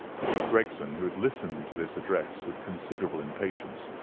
mr. gregson, who had listened to this address with considerable impatience,